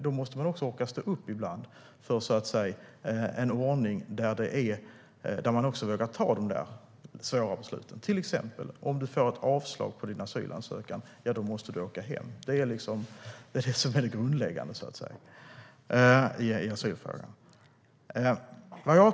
Då måste man orka stå upp för en ordning där man vågar ta de svåra besluten, till exempel om att den som får avslag på sin asylansökan måste åka hem. Det är grundläggande i asylfrågan.